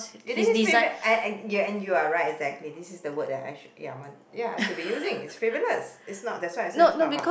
it is feedback and you are right exactly this is the word I should ya ya I should be using it's frivolous it's not that's what I say it's not about